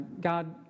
God